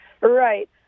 Right